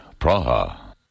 Praha